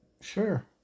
Sure